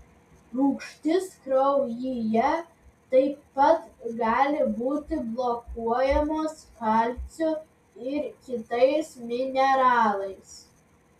rūgštys kraujyje taip pat gali būti blokuojamos kalciu ir kitais mineralais